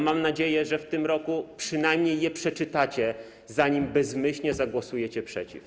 Mam nadzieję, że w tym roku przynajmniej je przeczytacie, zanim bezmyślnie zagłosujecie przeciw.